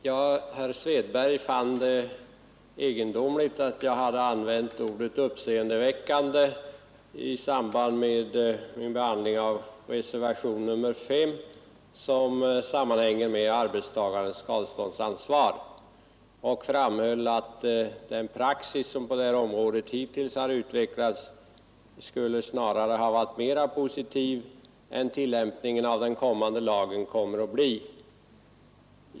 Herr talman! Herr Svedberg fann det egendomligt att jag hade använt ordet ”uppseendeväckande” i samband med min behandling av reservationen 5, som gäller arbetstagares skadeståndsansvar, och han framhöll att den praxis som på detta område hittills har utvecklats snarare skulle ha varit mera positiv än tillämpningen av den kommande lagen skall bli.